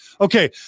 Okay